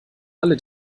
alle